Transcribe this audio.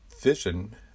vision